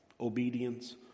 obedience